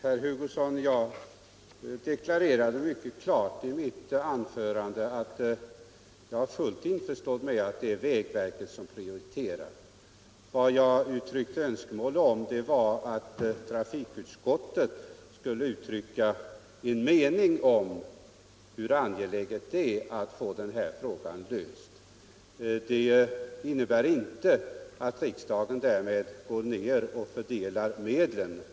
Fru talman! Jag framhöll mycket klart i mitt anförande, herr Hugosson, att jag är fullt införstådd med att det är vägverket som prioriterar. Vad jag framförde önskemål om var att trafikutskottet skulle uttrycka en mening om hur angeläget det är att få denna fråga löst. Men det innebär inte att riksdagen går ner och fördelar medlen.